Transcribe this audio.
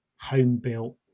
home-built